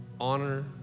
Honor